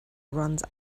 runs